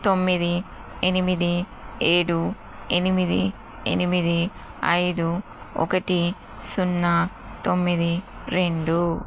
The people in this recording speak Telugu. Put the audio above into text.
తొమ్మిది ఎనిమిది ఏడు ఎనిమిది ఎనిమిది ఐదు ఒకటి సున్నా తొమ్మిది రెండు